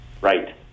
Right